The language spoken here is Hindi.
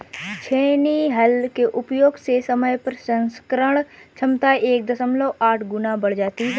छेनी हल के उपयोग से समय प्रसंस्करण क्षमता एक दशमलव आठ गुना बढ़ जाती है